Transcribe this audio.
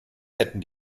hätten